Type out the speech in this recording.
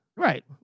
Right